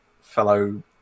fellow